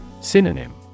Synonym